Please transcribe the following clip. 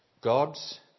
God's